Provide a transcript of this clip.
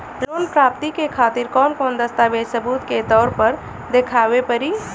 Loan प्राप्ति के खातिर कौन कौन दस्तावेज सबूत के तौर पर देखावे परी?